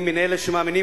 אני מאלה שמאמינים,